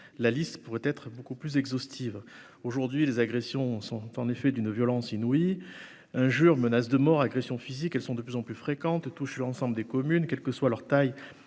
la liste pourrait être beaucoup plus exhaustive, aujourd'hui, les agressions sont en effet d'une violence inouïe, injures, menaces de mort, agressions physiques, elles sont de plus en plus fréquentes touchent l'ensemble des communes, quelle que soit leur taille